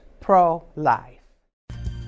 pro-life